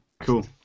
Cool